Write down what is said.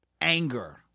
anger